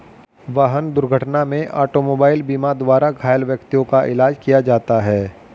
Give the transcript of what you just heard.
वाहन दुर्घटना में ऑटोमोबाइल बीमा द्वारा घायल व्यक्तियों का इलाज किया जाता है